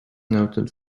noted